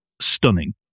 stunning